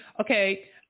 okay